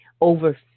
over